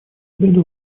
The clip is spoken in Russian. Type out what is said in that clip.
обеда